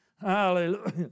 Hallelujah